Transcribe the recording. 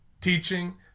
Teaching